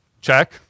check